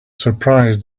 surprised